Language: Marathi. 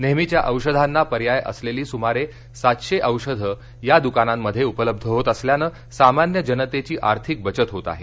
नेहमीच्या औषधांना पर्याय असलेली सुमारे सातशे औषधं या दुकानांमध्ये उपलब्ध होत असल्यानं सामान्य जनतेची आर्थिक बचत होत आहे